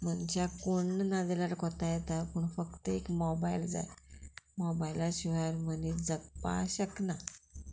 मनशाक कोण ना जाल्यार कोता येता पूण फक्त एक मोबायल जाय मोबायला शिवाय मनीस जगपा शकना